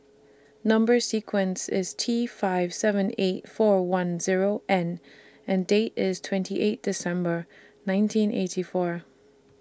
Number sequence IS T five seven eight four one Zero N and Date IS twenty eight December nineteen eighty four